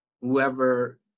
whoever